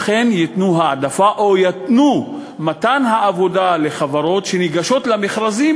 אכן ייתנו העדפה או ייתנו עבודה לחברות שניגשות למכרזים